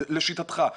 לשיטתך,